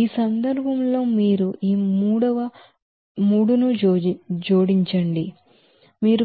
ఈ సందర్భంలో మీరు ఈ మూడవ జోడించండి మీకు